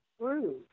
true